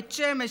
בית שמש,